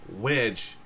Wedge